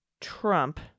Trump